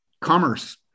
Commerce